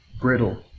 brittle